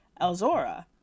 Elzora